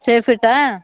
fair ಫೀಟಾ